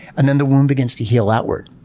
and then the wound begins to heal outward.